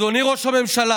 אדוני ראש הממשלה,